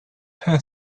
her